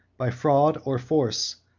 by fraud or force,